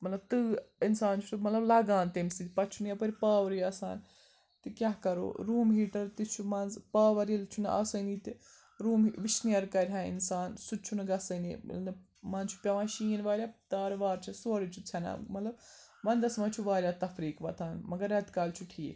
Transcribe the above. مطلب تۭر اِنسان چھُ سُہ مطلب لَگان تمہِ سۭتۍ پَتہٕ چھُنہٕ یَپٲرۍ پاورٕے آسان تہٕ کیٛاہ کَرو روٗم ہیٖٹَر تہِ چھُ منٛزٕ پاوَر ییٚلہِ چھُنہٕ آسٲنی تہِ روٗم وِشنیر کَرِہا اِنسان سُہ تہِ چھُنہٕ گَژھٲنی ییٚلہِ نہٕ منٛزٕ چھُ پیٚوان شیٖن واریاہ تارٕ وارٕ چھِ سورُے چھِ ژھیٚنان مطلب وَنٛدَس منٛز چھُ واریاہ تَفریٖق وۄتھان مگر ریتہٕ کالہِ چھُ ٹھیٖک